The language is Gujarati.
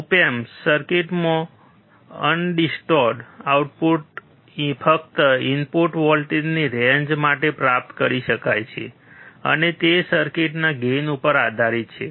ઓપ એમ્પ સર્કિટમાં અનડીસ્ટોરડ આઉટપુટ ફક્ત ઇનપુટ વોલ્ટેજની રેંજ માટે પ્રાપ્ત કરી શકાય છે અને તે સર્કિટના ગેઇન ઉપર આધારિત છે